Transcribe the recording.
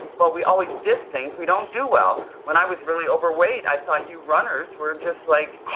well, we always diss things we don't do well. when i was really overweight, i thought you runners were just like